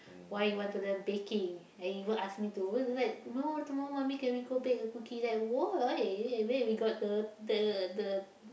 why he want to learn baking he even ask me to tomorrow tomorrow mommy can we go bake a cookie like why where we got the the the